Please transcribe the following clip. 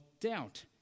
doubt